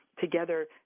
together